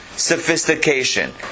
sophistication